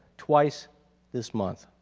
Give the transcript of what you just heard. twice this month.